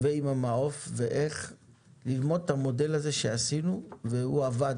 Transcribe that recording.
ועם המעו"ף וללמוד את המודל הזה שעשינו והוא עבד,